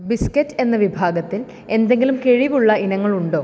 biscuit എന്ന വിഭാഗത്തിൽ എന്തെങ്കിലും കിഴിവുള്ള ഇനങ്ങളുണ്ടോ